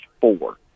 four